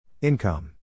Income